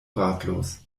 ratlos